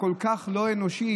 הכל-כך לא אנושית.